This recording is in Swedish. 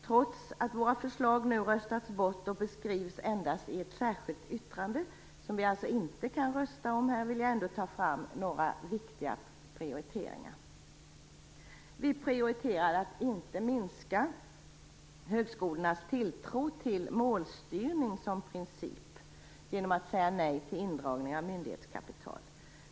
Trots att våra förslag röstats bort och endast beskrivs i ett särskilt yttrande som vi alltså inte röstar om, vill jag ta fram några viktiga prioriteringar som vi gör. Vi prioriterar att inte minska högskolornas tilltro till målstyrning som princip genom att säga nej till indragning av myndighetskapital.